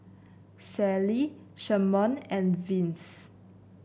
Sallie Sherman and Vince